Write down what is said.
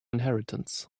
inheritance